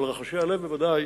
רחשי הלב בוודאי